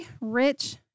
rich